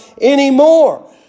anymore